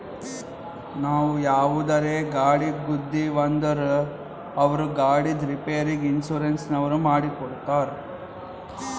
ನಾವು ಯಾವುದರೇ ಗಾಡಿಗ್ ಗುದ್ದಿವ್ ಅಂದುರ್ ಅವ್ರ ಗಾಡಿದ್ ರಿಪೇರಿಗ್ ಇನ್ಸೂರೆನ್ಸನವ್ರು ಮಾಡಿ ಕೊಡ್ತಾರ್